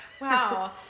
Wow